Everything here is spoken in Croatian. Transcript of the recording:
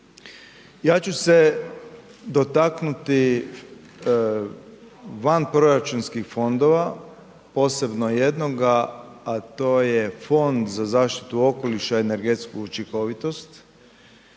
Ja ću se dotaknuti vanproračunskih fondova, posebno jednoga a to je Fond za zaštitu okoliša i energetsku učinkovitost,